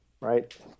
right